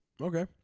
Okay